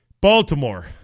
Baltimore